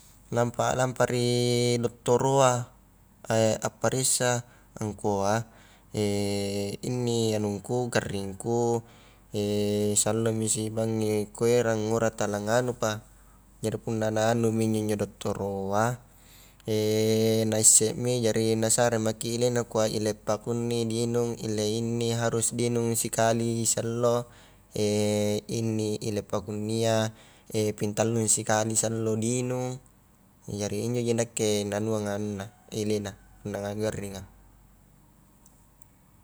Nampa lampa a ri dottoro a apparessa, angkua inni anungku garringku sallomi sibangngi kuerang ngura tala nganupa, jari punna naanumi injo njo dottoroa, naisse mi jari nasare maki ilenakua ile pakunni di inung ile inni harus di inung sikali siallo, inni ile pakunnia ping tallu sikali siallo di inung, jari injoji nakke na anuanga anunna ilena punna a garringa.